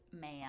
man